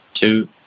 two